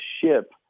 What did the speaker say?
ship